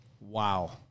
Wow